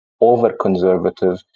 over-conservative